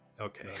Okay